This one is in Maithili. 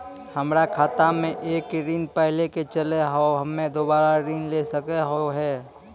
हमर खाता मे एक ऋण पहले के चले हाव हम्मे दोबारा ऋण ले सके हाव हे?